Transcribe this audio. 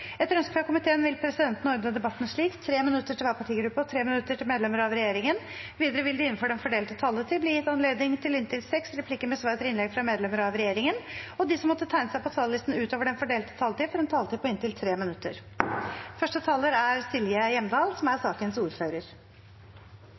Etter ønske fra familie- og kulturkomiteen vil presidenten ordne debatten slik: 3 minutter til hver partigruppe og 3 minutter til medlemmer av regjeringen. Videre vil det – innenfor den fordelte taletid – bli gitt anledning til inntil seks replikker med svar etter innlegg fra medlemmer av regjeringen, og de som måtte tegne seg på talerlisten utover den fordelte taletid, får også en taletid på inntil 3 minutter.